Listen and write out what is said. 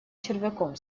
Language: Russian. червяком